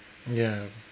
ya